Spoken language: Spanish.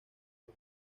los